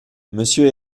monsieur